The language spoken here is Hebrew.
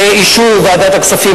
באישור ועדת הכספים,